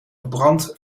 verbrand